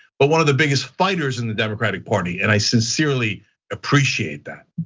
but one of the biggest fighters in the democratic party and i sincerely appreciate that.